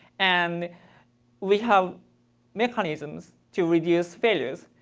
and we have mechanisms to reduce failures.